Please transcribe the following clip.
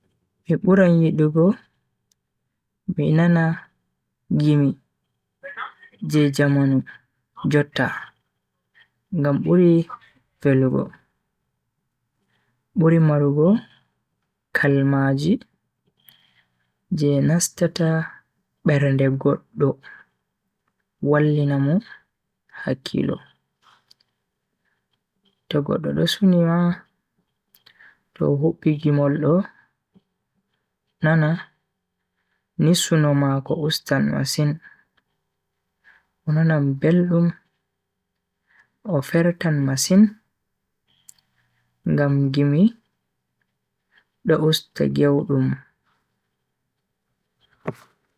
Mi buran yidugo mi nana gimi je jamanu jotta ngam buri velugo. buri marugo kalmaaji je nastata berde goddo wallina Mo hakkilo. to goddo do suni ma to hubbi gimol do nana ni suno mako ustan masin o nanan beldum o fertan masin ngam gimi do usta gewdum.